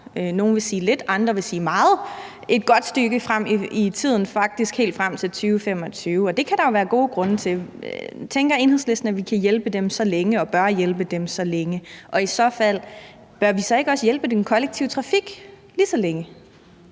nogle vil sige lidt, andre vil sige meget – et godt stykke frem i tiden, faktisk helt frem til 2025, og det kan der jo være gode grunde til. Tænker Enhedslisten, at vi kan hjælpe dem så længe, og at vi bør hjælpe dem så længe? Og bør vi i så fald ikke også hjælpe den kollektive trafik lige så længe?